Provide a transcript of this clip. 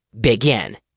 Begin